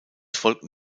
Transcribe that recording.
folgten